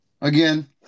again